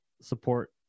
support